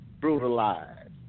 brutalized